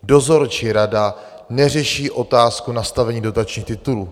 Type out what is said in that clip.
Dozorčí rada neřeší otázku nastavení dotačních titulů.